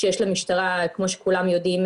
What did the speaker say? שיש למשטרה כפי שכולם יודעים,